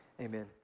amen